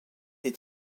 est